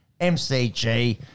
MCG